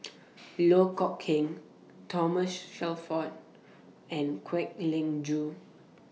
Loh Kok Heng Thomas Shelford and Kwek Leng Joo